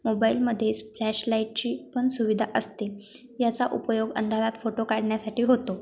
मोबाईलमध्ये फ्लॅश लाईटची पण सुविधा असते याचा उपयोग अंधारात फोटो काढण्यासाठी होतो